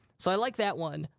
so i like that one.